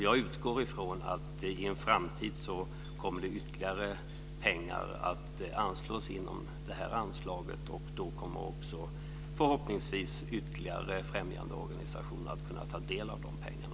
Jag utgår från att det i en framtid kommer att anslås ytterligare pengar inom det här anslaget, och då kommer också förhoppningsvis ytterligare främjandeorganisationer att kunna ta del av de pengarna.